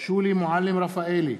שולי מועלם-רפאלי,